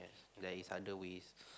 there is other ways